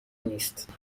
نیست